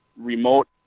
remote